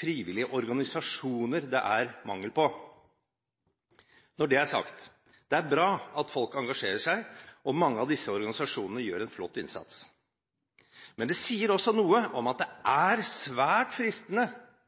frivillige organisasjoner det er mangel på. Når det er sagt: Det er bra at folk engasjerer seg, og mange av disse organisasjonene gjør en flott innsats. Men det sier også noe om at det er svært fristende